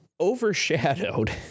Overshadowed